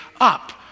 up